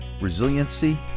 resiliency